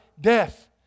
Death